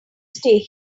stay